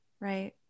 right